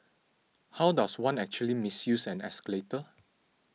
how does one actually misuse an escalator